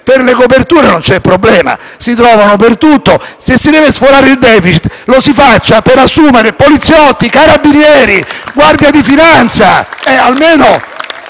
Per le coperture non c'è problema; si trovano per tutto. Se si deve sforare il *deficit*, lo si faccia per assumere poliziotti, carabinieri e finanzieri.